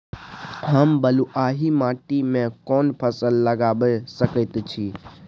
हम बलुआही माटी में कोन फसल लगाबै सकेत छी?